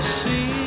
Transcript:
see